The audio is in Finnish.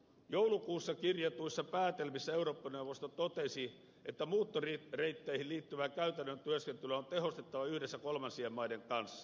joulukuussa kirjatuissa päätelmissä eurooppa neuvosto totesi että muuttoreitteihin liittyvää käytännön työskentelyä on tehostettava yhdessä kolmansien maiden kanssa